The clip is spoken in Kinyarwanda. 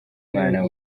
mwana